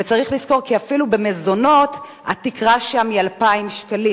וצריך לזכור כי אפילו במזונות התקרה היא 2,000 שקלים,